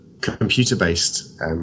computer-based